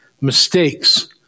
mistakes